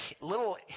little